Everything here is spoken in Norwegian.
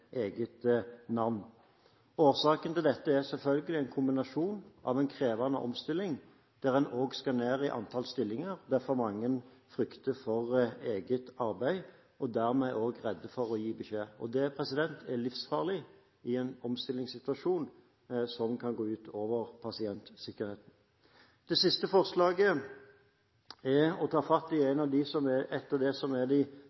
eget navn. Årsaken til dette er selvfølgelig en kombinasjon av en krevende omstilling der også antall stillinger skal ned, og derfor frykter mange for eget arbeid og er dermed redde for å gi beskjed, og det er livsfarlig i en omstillingssituasjon som kan gå ut over pasientsikkerheten. Det siste punktet i forslaget går ut på å ta fatt i et av de